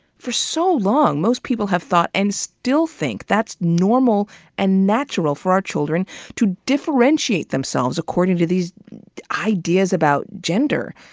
for so long, most people have thought and still think that's normal and natural for our children to differentiate themselves according to these ideas about gender.